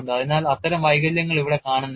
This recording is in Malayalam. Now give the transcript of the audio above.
അതിനാൽ അത്തരം വൈകല്യങ്ങൾ ഇവിടെ കാണുന്നില്ല